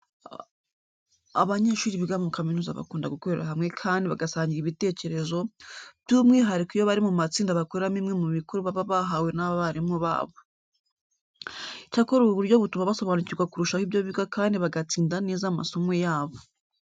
Abanyeshuri biga muri kaminuza bakunda gukorera hamwe kandi bagasangira ibitekerezo, by'umwihariko iyo bari mu matsinda bakoreramo imwe mu mikoro baba bahawe n'abarimu babo. Icyakora ubu buryo butuma basobanukirwa kurushaho ibyo biga kandi bagatsinda neza amasomo yabo.